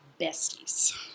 besties